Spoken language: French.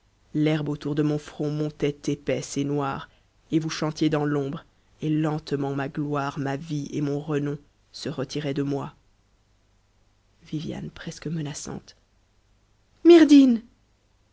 l'herbe autour de mon front montait épaisse et noire et vous chantiez dans l'ombre et lentement ma gloire ma vie et mon renom se retiraient de moi myrdhinn